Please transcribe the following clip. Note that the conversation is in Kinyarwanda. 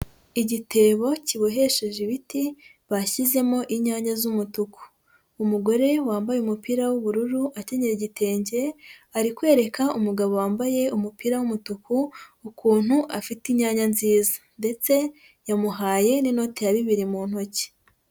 Igitebo kibohesheje ibiti, bashyizemo inyanya z'umutuku. Umugore wambaye umupira w'ubururu akenyera igitenge, ari kwereka umugabo wambaye umupira w'umutuku, ukuntu afite inyanya nziza. Ndetse yamuhaye n'inoti ya bibiri mu ntoki.